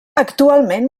actualment